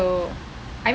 so